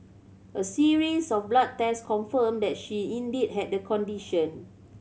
a series of blood test confirmed that she indeed had the condition